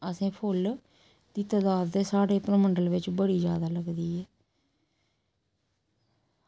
असें फुल्ल दी तदाद ते साढ़े परमंडल बिच्च बड़ी ज्यादा लगदी ऐ